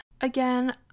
Again